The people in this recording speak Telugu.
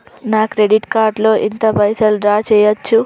నా క్రెడిట్ కార్డ్ లో ఎంత పైసల్ డ్రా చేయచ్చు?